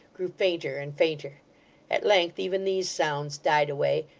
grew fainter and fainter at length even these sounds died away,